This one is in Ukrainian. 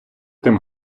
тим